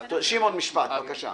שמעון, משפט, בבקשה.